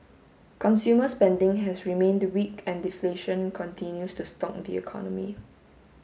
consumer spending has remained weak and deflation continues to stalk the economy